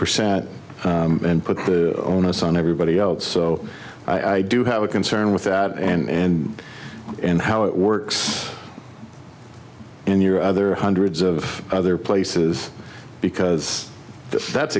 percent and put the onus on everybody else so i do have a concern with that and and how it works in your other hundreds of other places because if that's